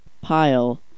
pile